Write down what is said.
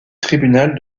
tribunal